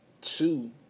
Two